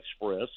Express